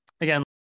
again